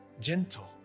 gentle